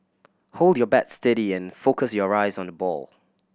hold your bat steady and focus your eyes on the ball